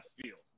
field